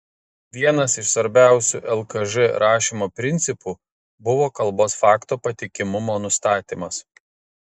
vienas iš svarbiausių lkž rašymo principų buvo kalbos fakto patikimumo nustatymas